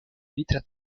l’état